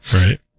right